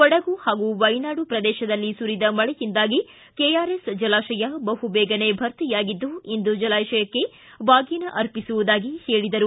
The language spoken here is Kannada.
ಕೊಡಗು ಹಾಗೂ ವೈನಾಡು ಪ್ರದೇಶದಲ್ಲಿ ಸುರಿದ ಮಳೆಯಿಂದಾಗಿ ಕೆಆರ್ಎಸ್ ಜಲಾಶಯ ಬಹುಬೇಗನೆ ಭರ್ತಿಯಾಗಿದ್ದು ಇಂದು ಜಲಾಶಯಕ್ಕೆ ಬಾಗಿನ ಅರ್ಪಿಸುವುದಾಗಿ ಹೇಳಿದರು